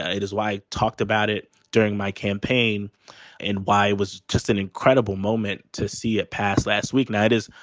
ah it is why i talked about it during my campaign and why was just an incredible moment to see it passed last week. night is,